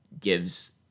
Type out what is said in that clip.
gives